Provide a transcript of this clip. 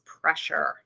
pressure